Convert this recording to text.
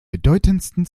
bedeutendsten